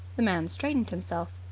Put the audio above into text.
the man straightened himself.